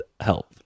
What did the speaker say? help